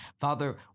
Father